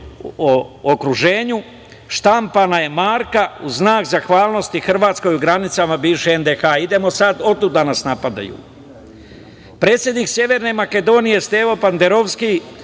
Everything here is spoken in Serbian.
o okruženju, štampana je marka u znak zahvalnosti Hrvatske u granicama bivše NDH.Idemo sada, otuda nas napadaju. Predsednik Severne Makedonije, Stevo Panderovski,